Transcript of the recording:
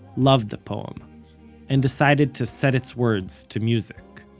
loved the poem and decided to set its words to music